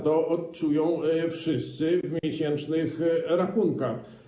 To odczują wszyscy w miesięcznych rachunkach.